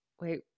wait